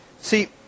See